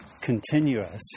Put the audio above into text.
continuous